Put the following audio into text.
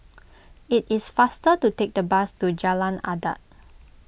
it is faster to take the bus to Jalan Adat